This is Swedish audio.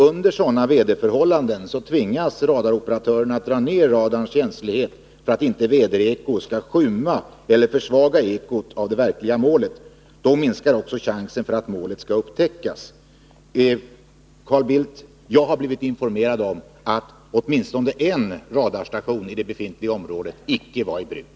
Under sådana väderförhållanden tvingas radaroperatörerna att dra ner radarns känslighet för att inte eventuella väderekon skall skymma eller försvaga ekot av det verkliga målet. Då minskar också chansen att målet skall upptäckas. Carl Bildt, jag har blivit informerad om att åtminstone en radarstation i det berörda området icke var i bruk.